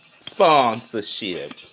sponsorship